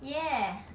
ya